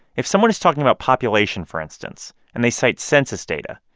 if someone is talking about population, for instance, and they cite census data,